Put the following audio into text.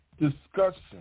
discussion